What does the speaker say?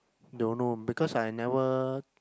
don't know because I never